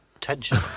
Tension